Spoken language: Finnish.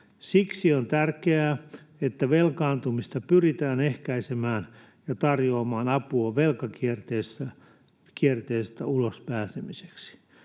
Siksi on tärkeää, että pyritään ehkäisemään velkaantumista ja tarjoamaan apua velkakierteestä ulospääsemiseksi.